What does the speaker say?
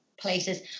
places